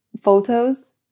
photos